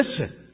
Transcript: listen